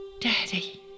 Daddy